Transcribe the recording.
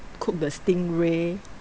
cook the stingray